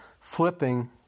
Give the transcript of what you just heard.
flipping